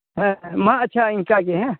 ᱦᱮᱸ ᱢᱟ ᱟᱪᱪᱷᱟ ᱤᱱᱠᱟᱹ ᱜᱮ ᱦᱮᱸ